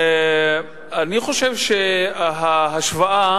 אני חושב שההשוואה